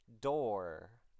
Door